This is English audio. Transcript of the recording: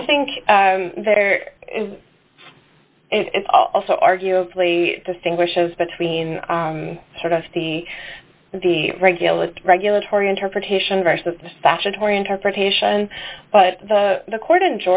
i think there is also arguably distinguishes between sort of the the regular regulatory interpretation versus the statutory interpretation but the court in